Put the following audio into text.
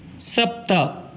सप्त